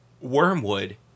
wormwood